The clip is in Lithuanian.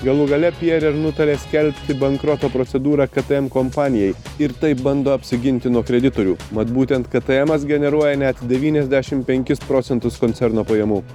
galų gale pierer nutarė skelbti bankroto procedūrą ktm kompanijai ir taip bando apsiginti nuo kreditorių mat būtent ktmas generuoja net devyniasdešim penkis procentus koncerno pajamų